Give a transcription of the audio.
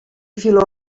filó